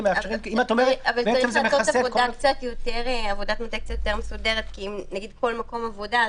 צריך לעשות עבודת מטה קצת יותר מסודרת כי נגיד כל מקום עבודה,